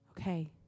Okay